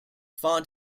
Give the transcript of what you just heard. font